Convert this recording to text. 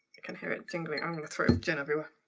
you can hear it jingling. i'm gonna throw gin everywhere.